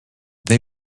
they